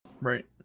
Right